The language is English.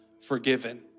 forgiven